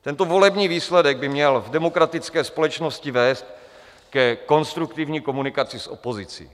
Tento volební výsledek by měl v demokratické společnosti vést ke konstruktivní komunikaci s opozicí.